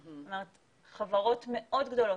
זאת אומרת חברות מאוד גדולות,